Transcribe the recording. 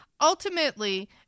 ultimately